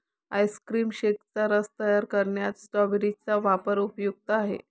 ice cream शेकचा रस तयार करण्यात स्ट्रॉबेरी चा वापर उपयुक्त आहे